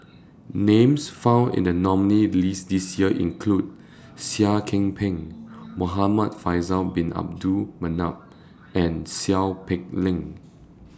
Names found in The nominees' list This Year include Seah Kian Peng Muhamad Faisal Bin Abdul Manap and Seow Peck Leng